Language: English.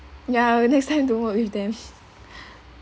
ya next time don't work with them